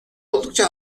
oldukça